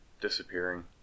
disappearing